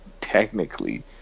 technically